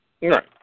Right